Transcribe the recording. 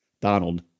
Donald